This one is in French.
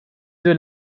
deux